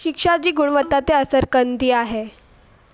शिक्षा जी गुणवत्ता ते असरु कंदी आहे